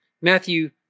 Matthew